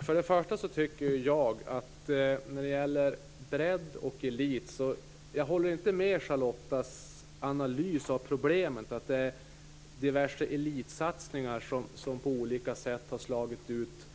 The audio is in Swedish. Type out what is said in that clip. Fru talman! Först och främst håller jag inte med Charlotta Bjälkebrings analys av problemet med bredd och elit. Det är inte diverse elitsatsningar som på olika sätt har slagit ut